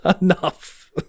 enough